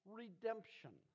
redemption